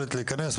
ביכולת להיכנס,